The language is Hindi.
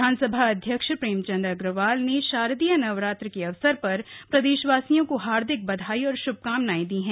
विधानसभा अध्यक्ष प्रेमचंद अग्रवाल ने शारदीय नवरात्रि के अवसर पर प्रदेशवासियों को हार्दिक बधाई और श्भकामनाएं दी हैं